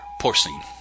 porcine